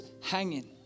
hanging